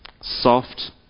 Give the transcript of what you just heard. soft